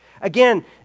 Again